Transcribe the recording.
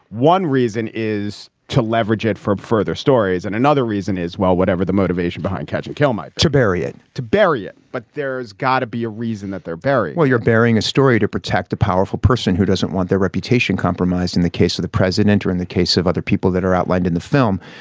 one reason is to leverage it from further stories and another reason is well whatever the motivation behind catch and kill me to bury it to bury it. but there's gotta be a reason that they're buried well you're burying a story to protect a powerful person who doesn't want their reputation compromised in the case of the president or in the case of other people that are outlined in the film.